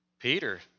Peter